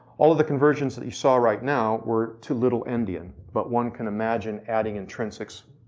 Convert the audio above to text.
all of the conversions that use all right now were to little-endian. but one could imagine adding intrinsics,